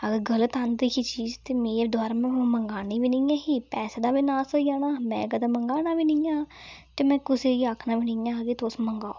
अगर गल्त आंदी ही चीज़ ते में दबारा मंगानी बी नेईं ऐ ही पैसे दा बी नास होई जाना हा में कदें मंगाना बी नेईं ऐ हा ते में कुसै गी आखना बि नेईं ऐ हा कि तुस मंगाओ